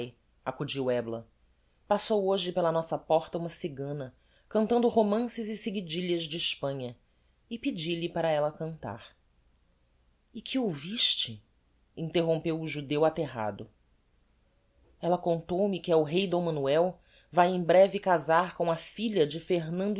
accudiu ebla passou hoje pela nossa porta uma cigana cantando romances e siguidilhas de hespanha e pedi-lhe para ella cantar e que ouviste interrompeu o judeu aterrado ella contou-me que el-rei d manoel vae em breve casar com a filha de fernando